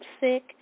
Sick